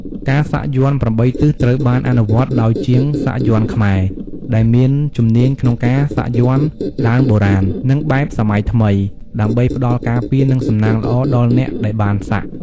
ការសាក់យ័ន្ត ៨ ទិស ត្រូវបានអនុវត្តដោយជាងសាក់យន្តខ្មែរ ដែលមានជំនាញក្នុងការសាក់យ័ន្តដើមបុរាណ និងបែបសម័យថ្មី ដើម្បីផ្ដល់ការពារ និងសំណាងល្អដល់អ្នកដែលបានសាក់។